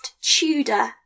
Tudor